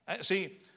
See